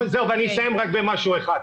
ואני אסיים רק במשהו אחד,